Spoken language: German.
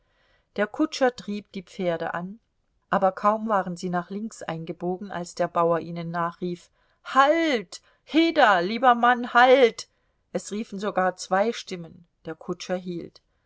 der kutscher trieb die pferde an aber kaum waren sie nach links eingebogen als der bauer ihnen nachrief halt heda lieber mann halt es riefen sogar zwei stimmen der kutscher hielt